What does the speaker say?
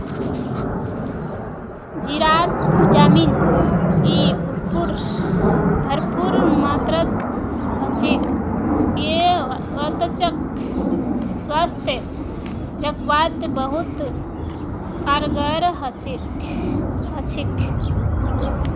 जीरात vitamin E भरपूर मात्रात ह छेक यई त्वचाक स्वस्थ रखवात बहुत कारगर ह छेक